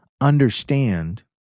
understand